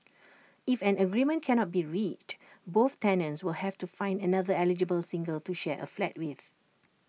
if an agreement cannot be reached both tenants will have to find another eligible single to share A flat with